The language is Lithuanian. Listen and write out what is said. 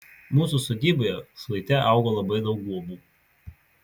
mūsų sodyboje šlaite augo labai daug guobų